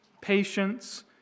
patience